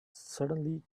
suddenly